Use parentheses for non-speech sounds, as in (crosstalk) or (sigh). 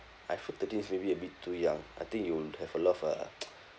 I feel thirteen is maybe a bit too young I think you'll have a lot of uh (noise)